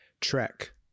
Trek